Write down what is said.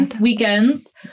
weekends